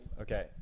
okay